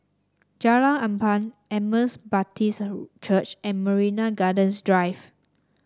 Jalan Ampang Emmaus Baptist Church and Marina Gardens Drive